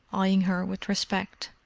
eyeing her with respect.